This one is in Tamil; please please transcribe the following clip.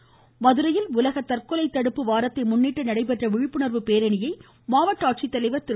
மமமமம பேரணி மதுரையில் உலக தற்கொலை தடுப்பு வாரத்தை முன்னிட்டு நடைபெற்ற விழிப்புணா்வு பேரணியை மாவட்ட ஆட்சித்தலைவா் திரு